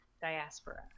diaspora